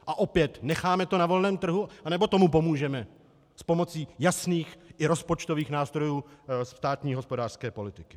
A opět: necháme to na volném trhu, nebo tomu pomůžeme s pomocí jasných, i rozpočtových nástrojů státní hospodářské politiky?